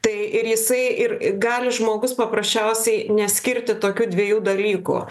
tai ir jisai ir gali žmogus paprasčiausiai neskirti tokių dviejų dalykų